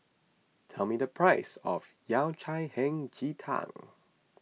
tell me the price of Yao Cai Hei Ji Tang